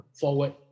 forward